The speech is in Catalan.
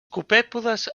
copèpodes